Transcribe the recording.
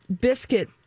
biscuit